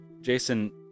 Jason